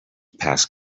passed